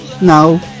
Now